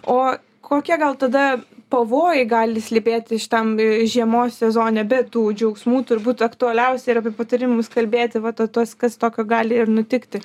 o kokie gal tada pavojai gali slypėti šitam žiemos sezone be tų džiaugsmų turbūt aktualiausia ir apie patarimus kalbėti va ta tuos kas tokio gali ir nutikti